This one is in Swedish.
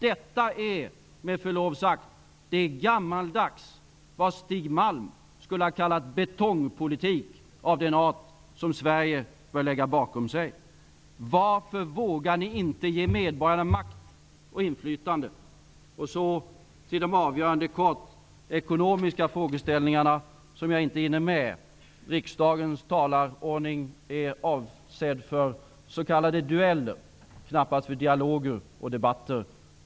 Detta är med förlov sagt gammaldags, det är vad Stig Malm skulle ha kallat betongpolitik av den art som Sverige bör lägga bakom sig. Varför vågar ni inte ge medborgarna makt och inflytande? Sedan skulle jag vilja ta upp de avgörande ekonomiska frågeställningarna, men det hinner jag inte med. Riksdagens debattordning är avsedd för s.k. dueller, knappast för dialoger och debatter.